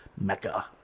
mecca